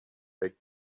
take